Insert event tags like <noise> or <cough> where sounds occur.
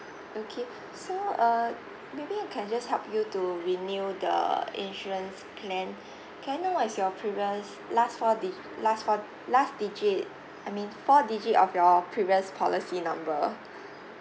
okay so uh maybe I can just help you to renew the insurance plan <breath> can I know what is your previous last four di~ last four last digit I mean four digit of your previous policy number